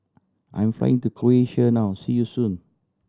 I'm flying to Croatia now see you soon